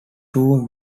two